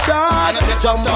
Jump